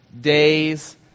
days